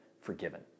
forgiven